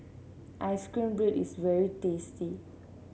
ice cream bread is very tasty